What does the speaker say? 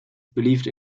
believed